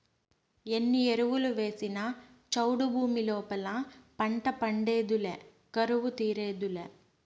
ఎన్ని ఎరువులు వేసినా చౌడు భూమి లోపల పంట పండేదులే కరువు తీరేదులే